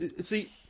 See